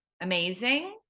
amazing